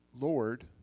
lord